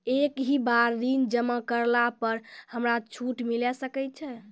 एक ही बार ऋण जमा करला पर हमरा छूट मिले सकय छै?